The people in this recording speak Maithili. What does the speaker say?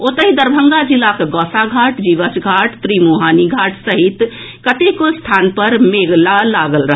ओतहि दरभंगा जिलाक गौसाघाट जीवछ घाट त्रिमुहानी घाट सहित कतेको स्थान पर मेला लागल रहल